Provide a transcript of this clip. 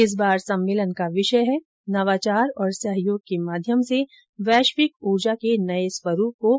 इस बार सम्मेलन का विषय है नवाचार और सहयोग के माध्यम से वैश्विक ऊर्जा के नये स्वरूप को आकार देना